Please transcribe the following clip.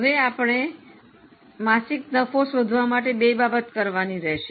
હવે આપણે માસિક નફો શોધવા માટે બે બાબતો કરવાની રહેશે